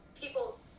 people